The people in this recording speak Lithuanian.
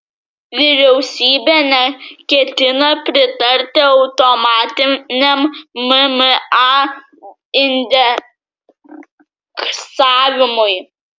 vyriausybė neketina pritarti automatiniam mma indeksavimui